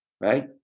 Right